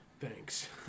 Thanks